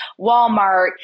Walmart